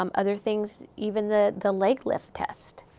um other things, even the the leg lift test.